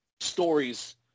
stories